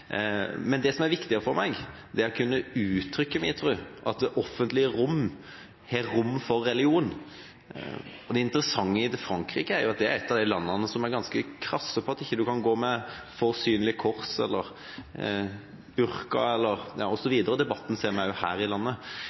Men det som er viktigere for meg, er å kunne uttrykke min tro, at det offentlige rom har rom for religion. Det interessante er at Frankrike er et av de landene som er ganske krasse på at en ikke kan gå med et for synlig kors, eller burka osv., og den debatten ser vi jo også her i landet.